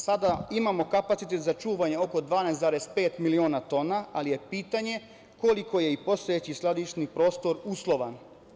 Sada imamo kapacitete za čuvanje oko 12,5 miliona tona, ali je pitanje koliko je i postojeći skladišni prostor uslovan.